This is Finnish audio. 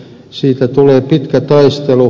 siitä tulee pitkä taistelu